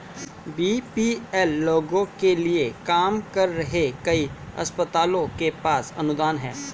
BPL लोगों के लिए काम कर रहे कई अस्पतालों के पास अनुदान हैं